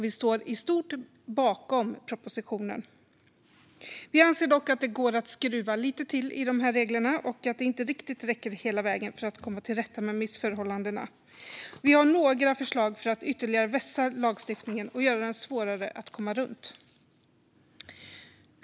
Vi står i stort bakom propositionen. Vi anser dock att det går att skruva lite till i de här reglerna och att de inte riktigt räcker hela vägen för att komma till rätta med missförhållandena. Vi har några förslag för att ytterligare vässa lagstiftningen och göra den svårare att komma runt.